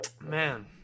Man